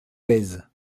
bèze